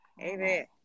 Amen